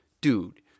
dude